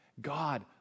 God